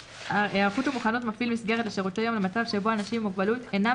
היערכות ומוכנות מפעיל מסגרת לשירותי יום למצב שבו אנשים עם מוגבלות אינם